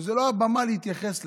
שזאת לא הבמה להתייחס לזה.